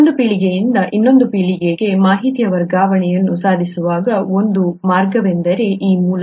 ಒಂದು ಪೀಳಿಗೆಯಿಂದ ಇನ್ನೊಂದು ಪೀಳಿಗೆಗೆ ಮಾಹಿತಿಯ ವರ್ಗಾವಣೆಯನ್ನು ಸಾಧ್ಯವಾಗಿಸುವ ಒಂದು ಮಾರ್ಗವೆಂದರೆ ಈ ಮೂಲಕ